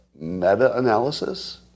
meta-analysis